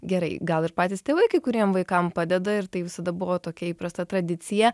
gerai gal ir patys tėvai kai kuriem vaikam padeda ir tai visada buvo tokia įprasta tradicija